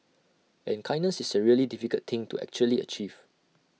and kindness is A really difficult thing to actually achieve